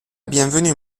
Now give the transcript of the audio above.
bienvenue